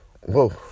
whoa